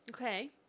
Okay